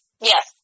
Yes